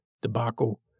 debacle